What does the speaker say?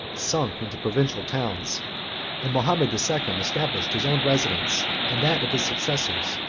sunk into provincial towns and mahomet the second established his own residence, and that of his successors,